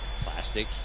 plastic